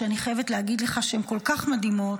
שאני חייבת להגיד לך שהן כל כך מדהימות,